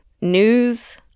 news